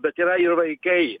bet yra ir vaikai